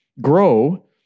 grow